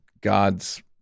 god's